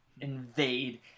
invade